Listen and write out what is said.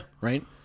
Right